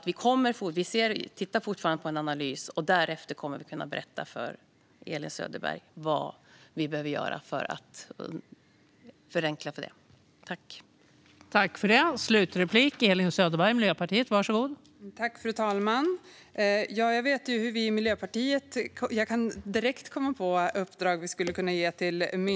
Vi tittar fortfarande på en analys. Därefter kommer vi att kunna berätta för Elin Söderberg vad vi behöver göra för att förenkla för företagen.